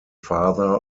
father